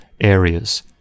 areas